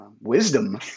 wisdom